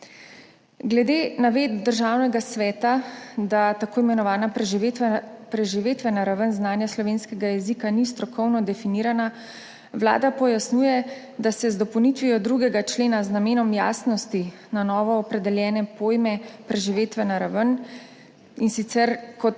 Glede navedb Državnega sveta, da tako imenovana preživetvena raven znanja slovenskega jezika ni strokovno definirana, Vlada pojasnjuje, da je z dopolnitvijo 2. člena z namenom jasnosti na novo opredeljen pojem preživetvena raven, ki se